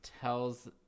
tells